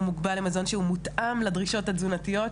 הוא מוגבל למזון שהוא מותאם לדרישות התזונתיות,